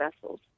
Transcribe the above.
vessels